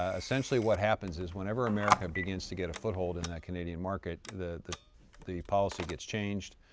ah essentially what happens is whenever america begins to get a foot hold in that canadian market, the the policy gets changed,